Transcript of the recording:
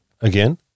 Again